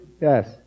Yes